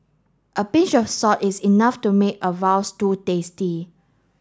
a pinch of salt is enough to make a stew tasty